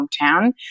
hometown